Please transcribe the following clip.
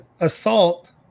assault